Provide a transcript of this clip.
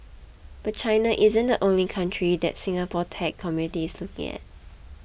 but China isn't the only country the Singapore tech community is looking at